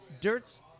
Dirt's